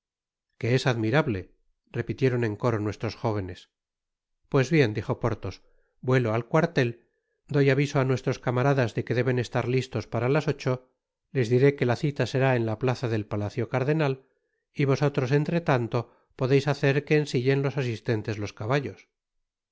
que es admirable repitieron en coro nuestros jóvenes pues bien dijo porthos vuelo al cuartel doy aviso á nuestros camaradas de que deben estar listos para las ocho les diré que la cita será en la plaza del palacio cardenal y vosotros entre tanto podeis hacer que ensillen los asistentes los caballos